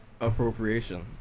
appropriation